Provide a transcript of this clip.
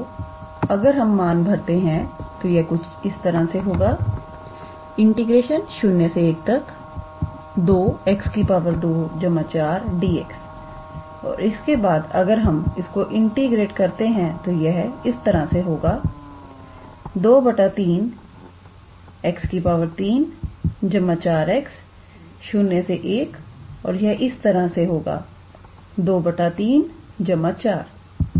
और अगर हम मान भरते हैं हैं तो यह कुछ इस तरह से होगा01 2𝑥 2 4𝑑𝑥 और इसके बाद अगर हम इसको इंटीग्रेट करते हैं तो यह इस तरह से होगा 2 3 𝑥 3 4𝑥0 1 और यह इस तरह से होगा 2 3 4